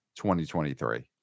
2023